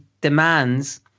demands